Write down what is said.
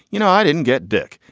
you know, i didn't get dick.